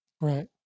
Right